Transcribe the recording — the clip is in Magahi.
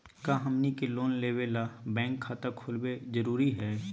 का हमनी के लोन लेबे ला बैंक खाता खोलबे जरुरी हई?